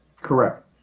Correct